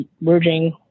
merging